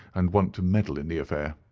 and want to meddle in the affair.